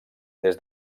des